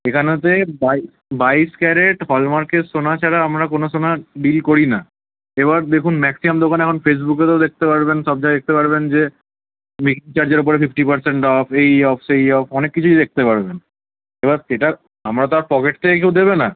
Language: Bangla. এখানেতে বাই বাইশ ক্যারেট হলমার্কের সোনা ছাড়া আমরা কোনো সোনা ডিল করি না এবার দেখুন ম্যাক্সিমাম দোকানে এখন ফেসবুকে তো দেখতে পারবেন সব জায়গায় দেখতে পারবেন যে মেকিং চার্জের ওপরে ফিফটি পারসেন্ট অফ এই অফ সেই অফ অনেক কিছুই দেখতে পারবেন এবার সেটা আমরা তো আর পকেট থেকে কেউ দেবে না